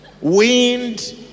Wind